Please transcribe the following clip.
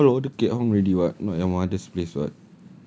ya lah all order keat hong already [what] at your mother's place [what]